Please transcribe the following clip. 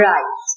Right